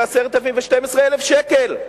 10,000 ו-12,000 שקל.